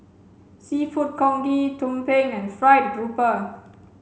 seafood congee tumpeng and fried grouper